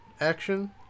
action